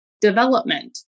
development